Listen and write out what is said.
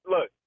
Look